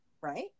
Right